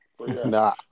Nah